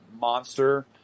monster